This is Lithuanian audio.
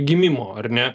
gimimo ar ne